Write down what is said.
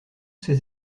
ces